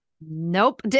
Nope